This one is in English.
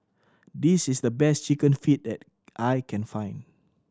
this is the best Chicken Feet that I can find